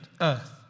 earth